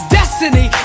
destiny